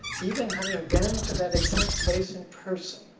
even having been to that exact place in person,